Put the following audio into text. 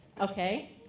Okay